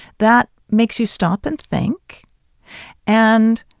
that makes you stop and think and,